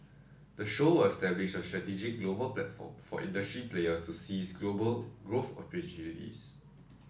the show will establish a strategic global platform for industry players to seize global growth opportunities